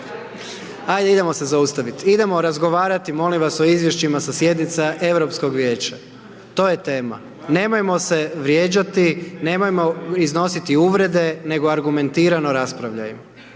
ajde idemo se zaustavit, idemo razgovarati molim vas o izvješćima sa sjednica Europskog vijeća, to je tema, nemojmo se vrijeđati, nemojmo iznositi uvrede nego argumentirano raspravljati